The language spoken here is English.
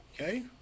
okay